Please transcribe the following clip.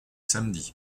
samedi